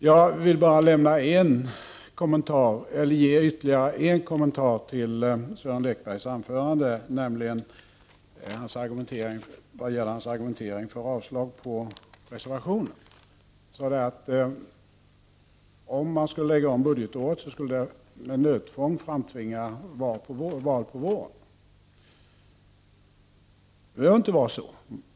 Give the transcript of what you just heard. Jag vill bara ge ytterligare en kommentar till Sören Lekbergs anförande vad gäller hans argumentering för avslag på reservationen. Han sade, att om man skulle lägga om budgetåret skulle det med nödtvång framtvinga val på våren. Det behöver inte vara så.